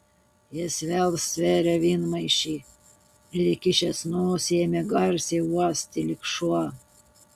jis vėl stvėrė vynmaišį ir įkišęs nosį ėmė garsiai uosti lyg šuo